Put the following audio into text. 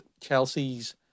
Chelsea's